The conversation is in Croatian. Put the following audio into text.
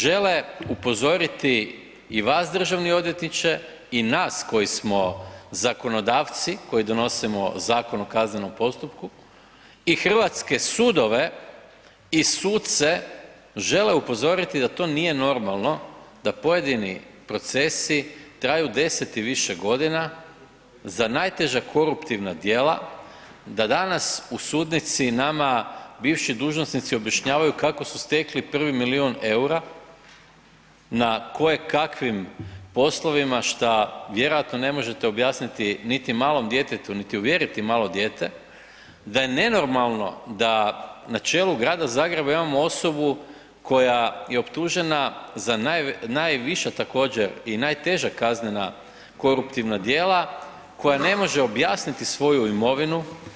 Žele upozoriti i vas državni odvjetniče i nas koji smo zakonodavci koji donosimo Zakon o kaznenom postupku i hrvatske sudove i suce žele upozoriti da to nije normalno da pojedini procesi traju 10 i više godina za najteža koruptivna djela, da danas u sudnici nama bivši dužnosnici objašnjavaju kako su stekli prvi milijun eura na kojekakvim poslovima šta vjerojatno ne možete objasniti niti malom djetetu niti uvjeriti malo dijete, da je nenormalno da na čelu grada Zagreba imamo osobu koja je optužena za najviša također i najteža kaznena koruptivna djela, koja ne može objasniti svoju imovinu.